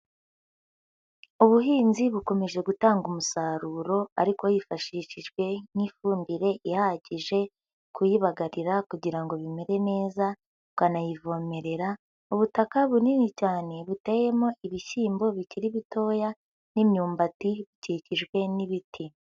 Ubuhinzi bukomeje gutanga umusaruro, ariko hifashishijwe nk'ifumbire ihagije, kuyibagarira kugira ngo bimere neza, ukanayivomerera. Ubutaka bunini cyane buteyemo ibishyimbo bikiri bitoya n'imyumbati, bikikijwe n'ibiti.